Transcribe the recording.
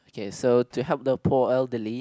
K so to help the poor elderly